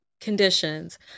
conditions